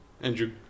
Andrew